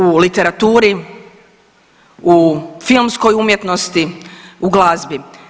U literaturi, u filmskoj umjetnosti, u glazbi.